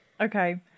Okay